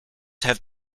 have